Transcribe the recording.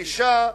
אשה,